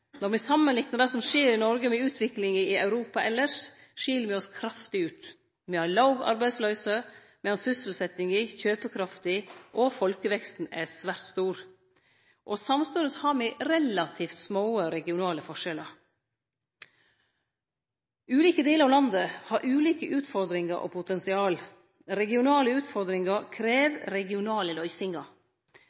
Når me samanliknar det som skjer i Noreg, med utviklinga i Europa elles, skil me oss kraftig ut. Me har låg arbeidsløyse, me har sysselsetjing og kjøpekraft, og folkeveksten er svært stor. Samstundes har me relativt små regionale forskjellar. Ulike delar av landet har ulike utfordringar og potensial. Regionale utfordringar krev regionale løysingar.